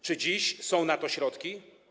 Czy dziś są na to środki?